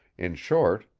in short,